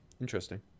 interesting